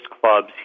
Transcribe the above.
clubs